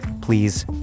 Please